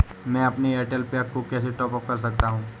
मैं अपने एयरटेल पैक को कैसे टॉप अप कर सकता हूँ?